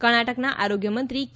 કર્ણાટકના આરોગ્યમંત્રી કે